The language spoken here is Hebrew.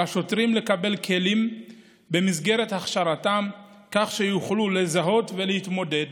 על השוטרים לקבל כלים במסגרת הכשרתם כך שיוכלו לזהות ולהתמודד